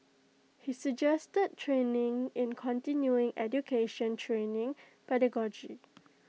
he suggested training in continuing education training pedagogy